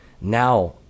now